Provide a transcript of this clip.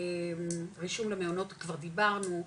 רישום למעונות כבר דיברנו,